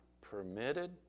permitted